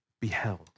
beheld